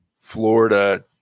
florida